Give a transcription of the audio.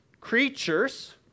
creatures